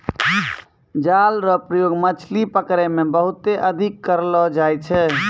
जाल रो प्रयोग मछली पकड़ै मे बहुते अधिक करलो जाय छै